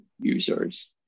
users